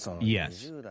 Yes